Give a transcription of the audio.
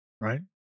right